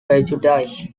prejudice